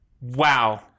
Wow